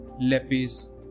lapis